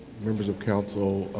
members of council,